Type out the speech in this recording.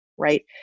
right